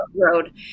Road